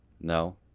no